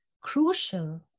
crucial